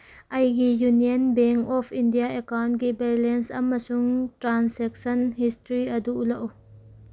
ꯑꯩꯒꯤ union bank of India ꯑꯦꯀꯥꯎꯟꯒꯤ balance ꯑꯃꯁꯨꯡ ꯇ꯭ꯔꯥꯟꯁꯦꯛꯁꯟ ꯍꯤꯁꯇ꯭ꯔꯤ ꯑꯗꯨ ꯎꯠꯂꯛꯎ